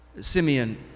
Simeon